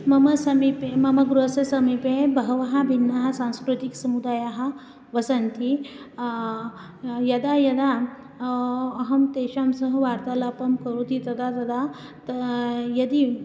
मम समीपे मम गृहस्य समीपे बहवः भिन्नाः सांस्कृतिकसमुदायाः वसन्ति यदा यदा अहं तेषां सह वार्तालापं करोमि तदा तदा ता यदि